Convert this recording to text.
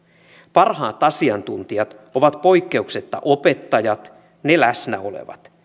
parhaat asiantuntijat ovat poikkeuksetta opettajat ne läsnäolevat